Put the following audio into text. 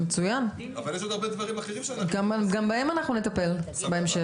אבל יש עוד הרבה דברים אחרים שאנחנו --- גם בהם אנחנו נטפל בהמשך.